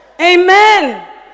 Amen